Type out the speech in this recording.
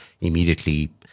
immediately